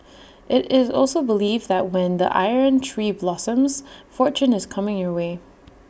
IT is also believed that when the iron tree blossoms fortune is coming your way